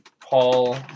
Paul